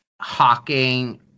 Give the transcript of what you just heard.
hawking